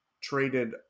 traded